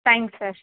thanks sir